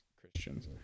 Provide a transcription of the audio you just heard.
Christians